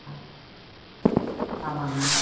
ஆ ஆமாங்க